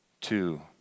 Two